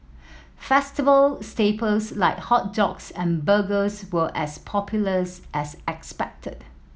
festival staples like hot dogs and burgers were as popular's as expected